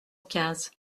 quinze